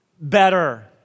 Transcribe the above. better